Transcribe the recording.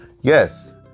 Yes